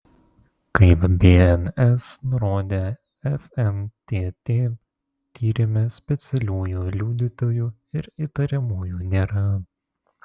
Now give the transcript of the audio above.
kaip bns nurodė fntt tyrime specialiųjų liudytojų ir įtariamųjų nėra